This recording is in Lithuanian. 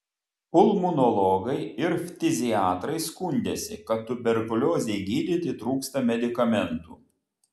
pulmonologai ir ftiziatrai skundėsi kad tuberkuliozei gydyti trūksta medikamentų